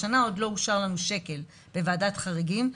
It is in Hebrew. השנה עוד לא אושר לנו שקל בוועדת החריגים.